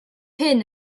hyn